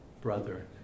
brother